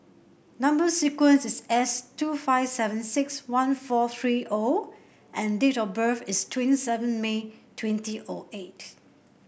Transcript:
number sequence is S two five seven six one four three O and date of birth is twenty seven May twenty O eight